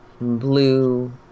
blue